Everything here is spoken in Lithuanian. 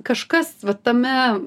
kažkas va tame